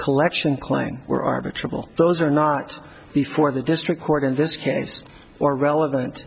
collection claim were are trouble those are not before the district court in this case or relevant